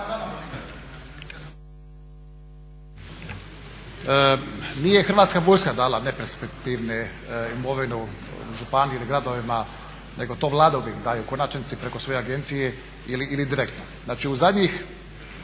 Hrvatska vojska dala neperspektivnu imovinu županiji ni gradovima nego to Vlada uvijek daje u konačnici preko svoje agencije ili direktno. Znači u zadnjih